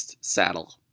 saddle